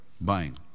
buying